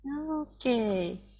Okay